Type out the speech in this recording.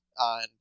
on